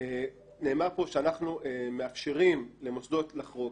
נאמר פה שאנחנו מאפשרים למוסדות לחרוג,